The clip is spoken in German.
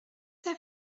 der